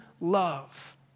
love